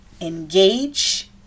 engage